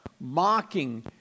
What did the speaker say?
mocking